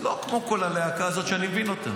עוד לפני שבאתי לכנסת.